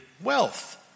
wealth